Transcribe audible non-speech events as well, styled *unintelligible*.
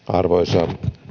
*unintelligible* arvoisa